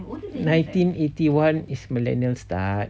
nineteen eighty one is millennial start